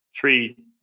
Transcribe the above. three